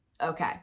Okay